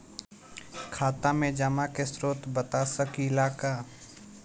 खाता में जमा के स्रोत बता सकी ला का?